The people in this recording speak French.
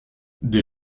des